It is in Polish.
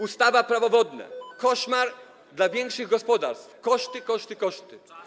Ustawa Prawo wodne - koszmar dla większych gospodarstw: koszty, koszty, koszty.